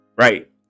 right